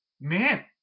man